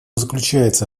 заключается